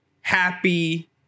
happy